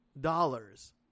dollars